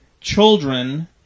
children